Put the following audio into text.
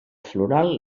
floral